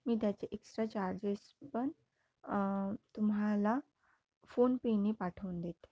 मी त्याचे extra charges पण तुम्हाला फोनपेने पाठवून देते